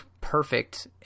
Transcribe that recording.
perfect